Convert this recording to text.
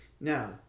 Now